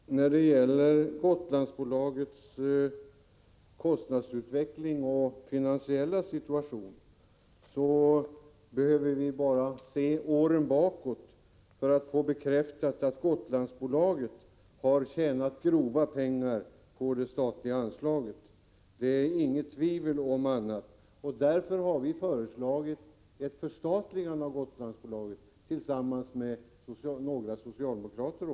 Herr talman! När det gäller Gotlandsbolagets kostnadsutveckling och finansiella situation behöver vi bara se på åren bakåt i tiden för att få bekräftat att Gotlandsbolaget har tjänat grova pengar på det statliga anslaget. Det är inget tvivel om det. Därför har vi, tillsammans med några socialdemokrater, föreslagit ett förstatligande av Gotlandsbolaget.